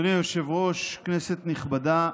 אדוני היושב-ראש, כנסת נכבדה.